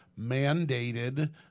mandated